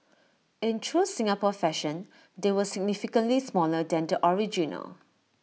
in true Singapore fashion they were significantly smaller than the original